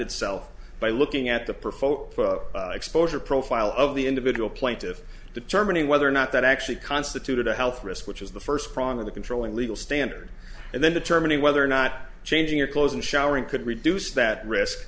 itself by looking at the perfect exposure profile of the individual plaintive determining whether or not that actually constituted a health risk which is the first prong of the controlling legal standard and then determining whether or not changing your clothes and showering could reduce that risk